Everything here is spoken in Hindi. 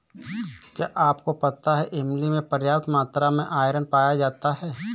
क्या आपको पता है इमली में पर्याप्त मात्रा में आयरन पाया जाता है?